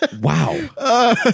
Wow